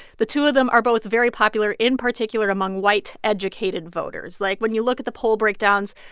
the two of them are both very popular, in particular, among white, educated voters. like, when you look at the poll breakdowns,